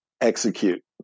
Execute